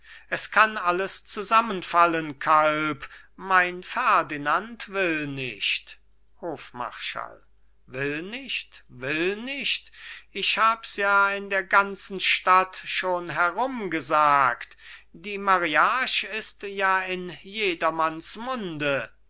es kann alles zusammenfallen kalb mein ferdinand will nicht hofmarschall will nicht will nicht ich hab's ja in der ganzen stadt schon herumgesagt die mariage ist in jedermanns munde